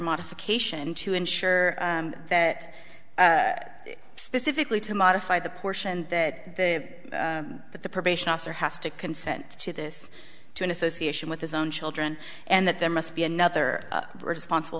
modification to ensure that specifically to modify the portion that that the probation officer has to consent to this to an association with his own children and that there must be another bird sponsible